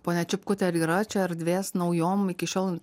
ponia čipkute ar yra čia erdvės naujom iki šiol